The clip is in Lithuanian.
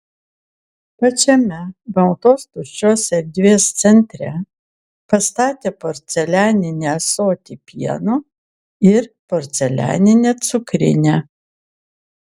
pačiame baltos tuščios erdvės centre pastatė porcelianinį ąsotį pieno ir porcelianinę cukrinę